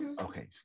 Okay